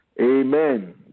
Amen